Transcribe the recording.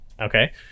Okay